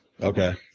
Okay